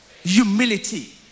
humility